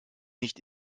nicht